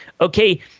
okay